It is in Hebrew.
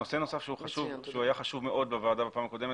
נושא נוסף שהיה חשוב מאוד בוועדה בפעם הקודמת